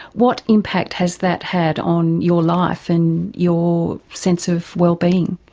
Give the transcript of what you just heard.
what impact has that had on your life and your sense of wellbeing?